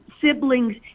siblings